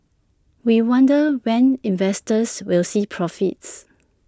we wonder when investors will see profits